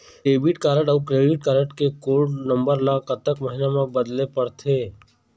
Debit card अऊ credit card के code number ला कतक महीना मा बदले पड़थे?